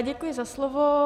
Děkuji za slovo.